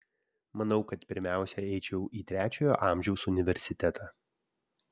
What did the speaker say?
manau kad pirmiausia eičiau į trečiojo amžiaus universitetą